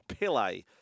Pele